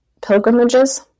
pilgrimages